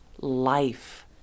life